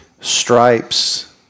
Stripes